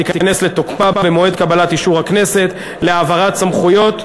תיכנס לתוקפה במועד קבלת אישור הכנסת להעברת הסמכויות,